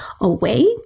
away